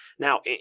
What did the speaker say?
Now